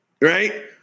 Right